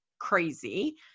crazy